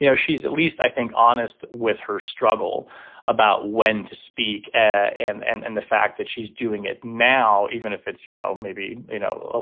she's at least, i think, honest with her struggle about when to speak and and and the fact that she's doing it now, even if it's, you know, maybe, you know, ah